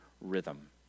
rhythm